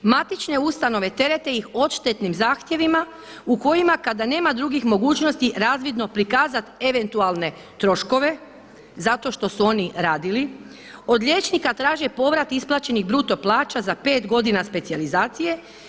Matične ustanove terete ih odštetnim zahtjevima u kojima kada nema drugih mogućnosti razvidno prikazati eventualne troškove zato što su oni radili, od liječnika traže povrat isplaćenih bruto plaća za 5 godina specijalizacije.